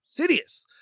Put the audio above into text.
Sidious